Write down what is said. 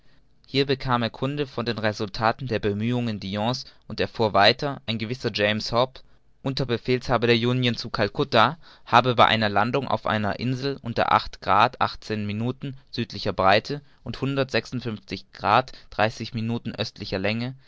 hier bekam er kunde von den resultaten der bemühungen dillon's und erfuhr weiter ein gewisser james hobbs unterbefehlshaber der union zu calcutta habe bei einer landung auf einer insel unter grad minuten südlicher breite und hundert grad östlicher länge